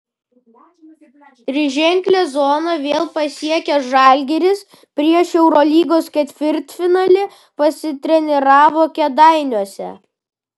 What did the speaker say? triženklę zoną vėl pasiekęs žalgiris prieš eurolygos ketvirtfinalį pasitreniravo kėdainiuose